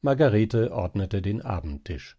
margarete ordnete den abendtisch